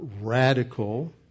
radical